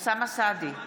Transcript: אוסאמה סעדי,